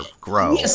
grow